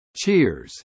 Cheers